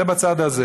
זה מצד אחד.